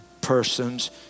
persons